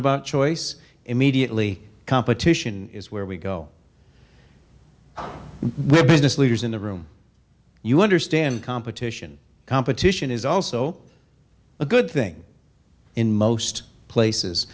about choice immediately competition is where we go we're business leaders in the room you understand competition competition is also a good thing in most places